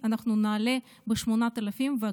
ונעלה ל-8,000 ש"ח.